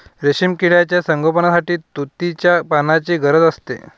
रेशीम किड्यांच्या संगोपनासाठी तुतीच्या पानांची गरज असते